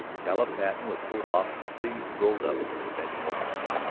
caleb patten with coat off and sleeves rolled up was bending over him.